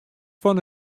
fan